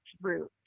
root